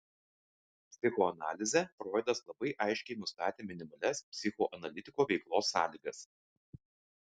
psichoanalize froidas labai aiškiai nustatė minimalias psichoanalitiko veiklos sąlygas